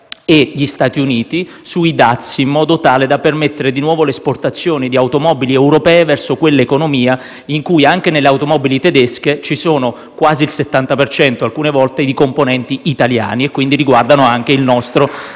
e gli Stati Uniti sui dazi, in modo tale da permettere di nuovo le esportazioni di automobili europee verso quell'economia perché alcune volte, anche nelle automobili tedesche, quasi il 70 per cento è fatto di componenti italiani e, quindi, riguardano anche il nostro